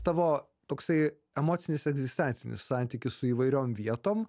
tavo toksai emocinis egzistencinis santykis su įvairiom vietom